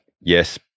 yes